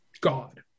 God